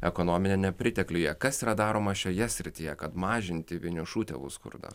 ekonomine nepritekliuje kas yra daroma šioje srityje kad mažinti vienišų tėvų skurdą